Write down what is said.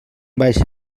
baixa